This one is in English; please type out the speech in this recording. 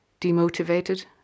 demotivated